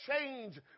change